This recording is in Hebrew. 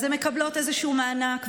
אז הן מקבלות איזשהו מענק,